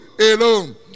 alone